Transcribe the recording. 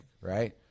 right